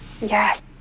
Yes